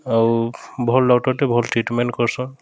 ଆଉ ଭଲ୍ ଡକ୍ଟର୍ଟେ ଭଲ୍ ଟ୍ରିଟ୍ମେଣ୍ଟ୍ କର୍ସନ୍